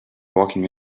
walking